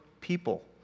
people